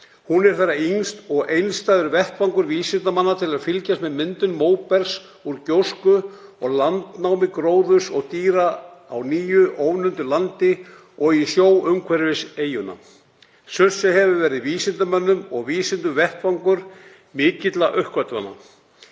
Hún er þeirra yngst og einstæður vettvangur vísindamanna sem fylgjast með myndun móbergs úr gjósku og landnámi gróðurs og dýra á nýju, ónumdu landi og í sjó umhverfis eyjuna. Surtsey hefur verið vísindamönnum og vísindum vettvangur mikilvægra uppgötvana.